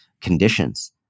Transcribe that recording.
conditions